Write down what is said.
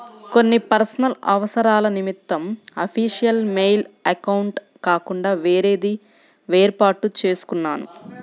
కొన్ని పర్సనల్ అవసరాల నిమిత్తం అఫీషియల్ మెయిల్ అకౌంట్ కాకుండా వేరేది వేర్పాటు చేసుకున్నాను